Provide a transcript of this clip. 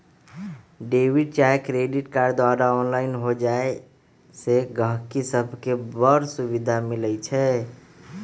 debit चाहे credit card द्वारा online हो जाय से गहकि सभके बड़ सुभिधा मिलइ छै